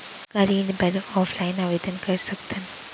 का ऋण बर ऑफलाइन आवेदन कर सकथन?